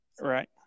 Right